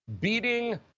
beating